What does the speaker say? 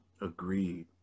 Agreed